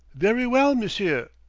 very well, m'sieu'!